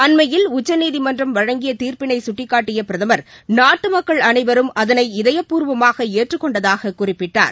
அண்மையில் உச்சநீதிமன்றம் வழங்கிய தீர்ப்பினை கட்டிக்காட்டிய பிரதம் நாட்டு மக்கள் அனைவரும் அகுனை இதயபூர்வமாக ஏற்றுக் கொண்டதாகக் குறிப்பிட்டார்